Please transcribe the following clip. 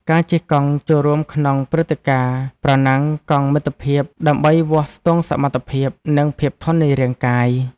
ការជិះកង់ចូលរួមក្នុងព្រឹត្តិការណ៍ប្រណាំងកង់មិត្តភាព ដើម្បីវាស់ស្ទង់សមត្ថភាព និងភាពធន់នៃរាងកាយ។